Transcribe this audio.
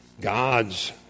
God's